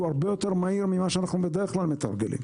הרבה יותר מהיר ממה שאנחנו בדרך-כלל מתרגלים.